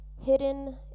hidden